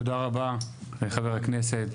תודה רבה לחבר הכנסת.